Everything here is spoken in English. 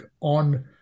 on